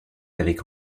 avec